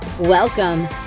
Welcome